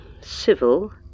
civil